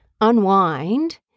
Unwind